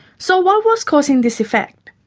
so what was causing this effect?